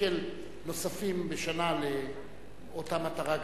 שקל נוספים לשנה לאותה מטרה קדושה.